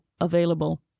available